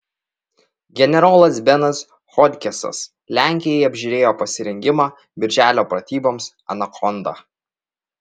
generolas benas hodgesas lenkijoje apžiūrėjo pasirengimą birželio pratyboms anakonda